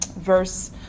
Verse